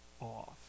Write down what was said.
off